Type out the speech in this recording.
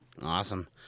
Awesome